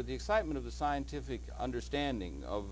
but the excitement of the scientific understanding of